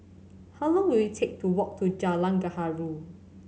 how long will it take to walk to Jalan Gaharu